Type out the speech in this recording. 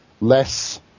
less